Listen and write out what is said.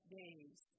days